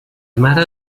mare